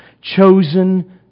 chosen